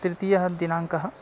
तृतीयः दिनाङ्कः